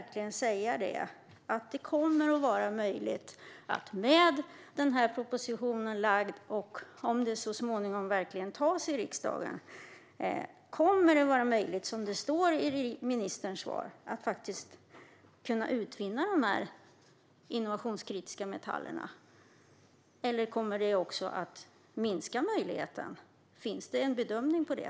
Kommer det att vara möjligt att utvinna de här innovationskritiska metallerna, som det sägs i ministerns svar, om den proposition som lagts fram så småningom antas i riksdagen? Kommer möjligheten att minska? Finns det en bedömning av det?